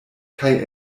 kaj